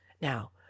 Now